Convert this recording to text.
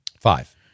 five